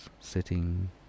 sitting